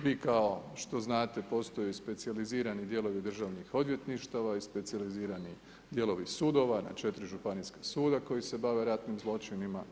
Vi kao što znate postoje specijalizirani dijelovi državnih odvjetništava i specijalizirani dijelovi sudova na 4 županijska suda koji se bave ratnim zločinima.